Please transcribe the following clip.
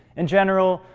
in general,